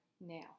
now